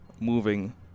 moving